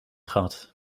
gehad